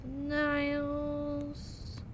Niles